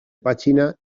pàgina